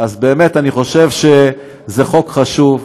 אז באמת, אני חושב שזה חוק חשוב.